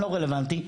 לא רלוונטי.